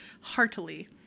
heartily